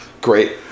Great